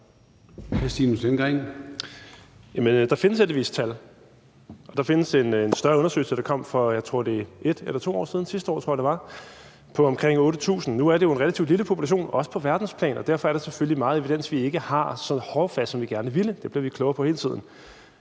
Kl. 20:56 Stinus Lindgreen (RV): Jamen der findes heldigvis tal. Der findes en større undersøgelse, der kom sidste år, tror jeg det var, af omkring 8.000. Nu er det jo en relativt lille population, også på verdensplan, og derfor er der selvfølgelig meget evidens, vi ikke har så håndfast, som vi gerne ville. Det bliver vi klogere på hele tiden.